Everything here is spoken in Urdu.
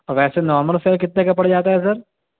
ویسے نارمل فیئر کتے کا پڑ جاتا ہے سر